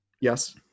yes